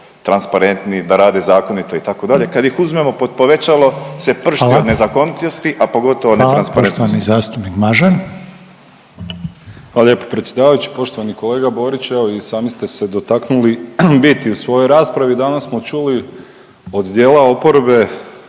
transparentni, da rade zakonito itd., kad ih uzmemo pod povećalo sve pršti od …/Upadica: Hvala./… nezakonitosti, a pogotovo netransparentnosti. **Reiner, Željko (HDZ)** Hvala. Poštovani zastupnik Mažar. **Mažar, Nikola (HDZ)** Hvala lijepo predsjedavajući. Poštovani kolega Borić, evo i sami ste se dotaknuli biti u svojoj raspravi. Danas smo čuli od dijela oporbe